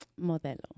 Modelo